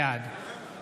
בעד יצחק